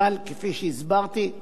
אבל כפי שהסברתי,